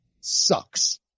sucks